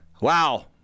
Wow